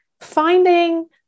finding